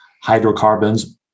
hydrocarbons